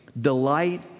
delight